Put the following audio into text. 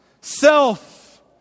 self